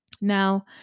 Now